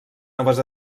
noves